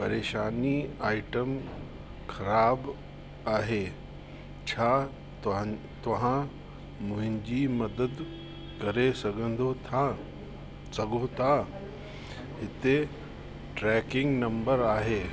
परेशानी आइटम ख़राबु आहे छा तव्हां तव्हां मुंहिंजी मदद करे सघंदो था सघो था हिते ट्रैकिंग नंबर आहे